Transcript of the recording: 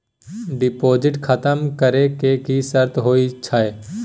Deposit खतम करे के की सर्त होय छै?